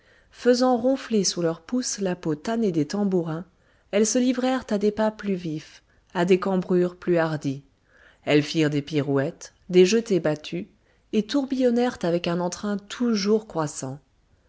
faisant ronfler sous leur pouce la peau tannée des tambourins elles se livrèrent à des pas plus vifs à des cambrures plus hardies elles firent des pirouettes des jetés battus et tourbillonnèrent avec un entrain toujours croissant